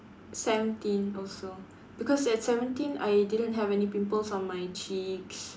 seventeen also because at seventeen I didn't have any pimples on my cheeks